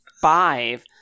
five